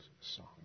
song